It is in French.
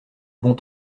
bon